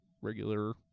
regular